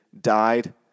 died